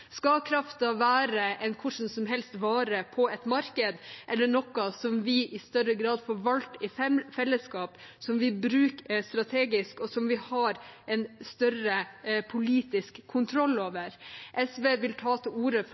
Skal kraften være en hvilken som helst vare på et marked, eller noe vi i større grad forvalter i fellesskap, som vi bruker strategisk, og som vi har en større politisk kontroll over? SV vil ta til orde for